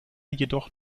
jedoch